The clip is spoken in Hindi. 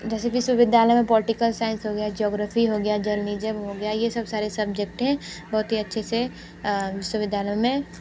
जैसे विश्वविद्यालय में पॉलिटिकल साइंस हो गया ज्योग्राफी हो गया जर्नीलिजम हो गया ये सब सारे सब्जेक्ट हैं बहुत ही अच्छे से विश्वविद्यालयों में